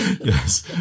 yes